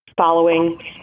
following